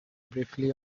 briefly